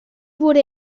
wurde